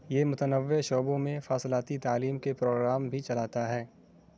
یہ متنوع شعبوں میں فاصلاتی تعلیم کے پروگرام بھی چلاتا ہے